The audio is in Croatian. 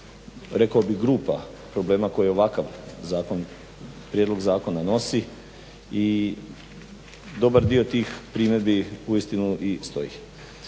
rekao bih grupa problema koje ovakav prijedlog zakona nosi i dobar dio tih primjedbi uistinu i stoji.